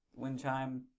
Windchime